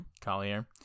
collier